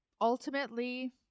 ultimately